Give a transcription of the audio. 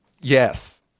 yes